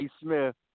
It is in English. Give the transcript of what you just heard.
Smith